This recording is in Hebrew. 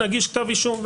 נגיש כתב אישום.